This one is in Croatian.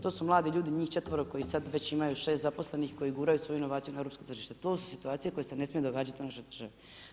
To su mladi ljudi, njih četvero koji sad već imaju 6 zaposlenih, koji guraju svoju inovaciju na europsko tržište, to su situacije koje se ne smiju događati u našoj državi.